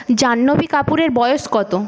জাহ্নবী কাপুরের বয়স কত